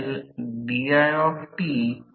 तर या प्रकरणात हे चित्र पुस्तकातून घेतले आहे